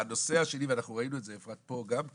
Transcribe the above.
הנושא השני, ואפרת, אנחנו ראינו את זה פה גם כן: